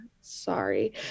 sorry